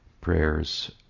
prayers